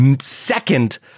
second